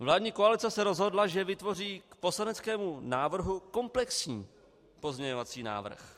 Vládní koalice se rozhodla, že vytvoří k poslaneckému návrhu komplexní pozměňovací návrh.